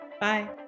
Bye